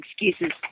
excuses